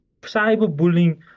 Cyberbullying